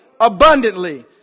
abundantly